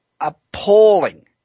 appalling